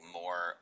more